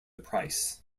price